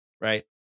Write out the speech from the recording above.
right